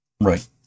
Right